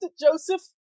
Joseph